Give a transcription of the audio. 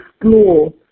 explore